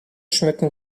schmücken